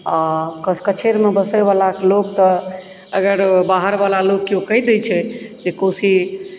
आ कोशी कछेर मे बसै वाला लोक तऽ अगर बाहर वाला लोक केओ कहि दै छै जे कोशी